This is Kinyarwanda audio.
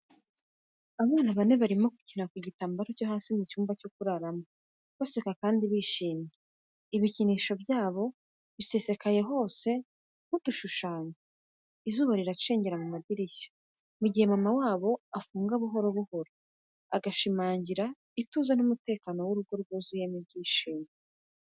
Abana bane barimo gukina ku gitambaro cyo hasi mu cyumba cyo kuraramo, baseka kandi bishimye, ibikinisho byabo bisesekaye hose nk’udushushanyo. Izuba riracengera mu madirishya mu gihe mama wabo ayafunga buhoro buhoro, agashimangira ituze n’umutekano w’urugo rwuzuyemo ibyishimo.